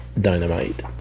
Dynamite